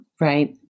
Right